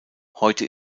heute